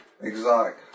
Exotic